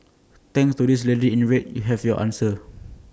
thanks to this lady in red you have your answer